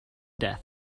death